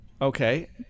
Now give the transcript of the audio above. Okay